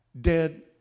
dead